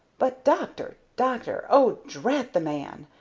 but, doctor! doctor! oh, drat the man!